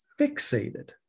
fixated